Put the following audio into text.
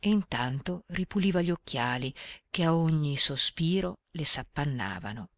e intanto ripuliva gli occhiali che a ogni sospiro le s'appannavano